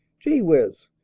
gee whiz!